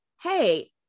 Hey